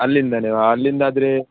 ಅಲ್ಲಿಂದನೇಯಾ ಅಲ್ಲಿಂದಾದರೆ